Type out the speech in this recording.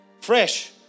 fresh